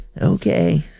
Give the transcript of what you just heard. Okay